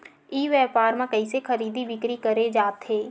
ई व्यापार म कइसे खरीदी बिक्री करे जाथे?